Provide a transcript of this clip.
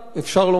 אפשר לומר,